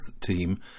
team